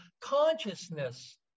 consciousness